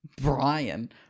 Brian